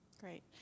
Great